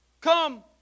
come